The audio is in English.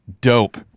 dope